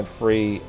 free